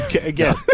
Again